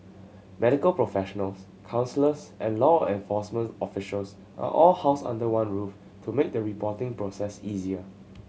medical professionals counsellors and law enforcement officials are all housed under one roof to make the reporting process easier